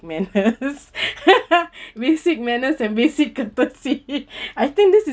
manners basic manners and basic courtesy I think this is